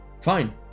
Fine